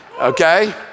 okay